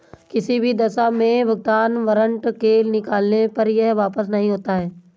किसी भी दशा में भुगतान वारन्ट के निकलने पर यह वापस नहीं होता है